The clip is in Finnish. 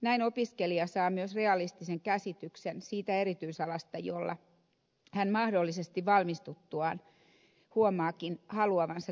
näin opiskelija saa myös realistisen käsityksen siitä erityisalasta jolla hän mahdollisesti valmistuttuaan huomaakin haluavansa työskennellä